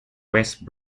west